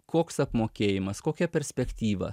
koks apmokėjimas kokia perspektyva